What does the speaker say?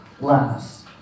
last